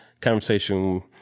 conversation